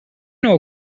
نوع